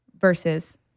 versus